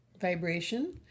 vibration